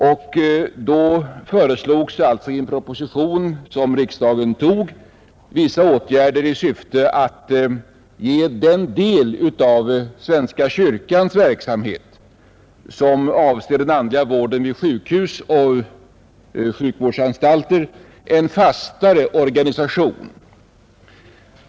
I en proposition som då bifölls av riksdagen hade vissa åtgärder föreslagits i syfte att ge den del av svenska kyrkans verksamhet som avser den andliga vården vid sjukhus och sjukvårdsanstalter en fastare organisation.